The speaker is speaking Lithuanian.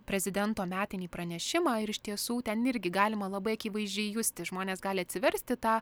prezidento metinį pranešimą ir iš tiesų ten irgi galima labai akivaizdžiai justi žmonės gali atsiversti tą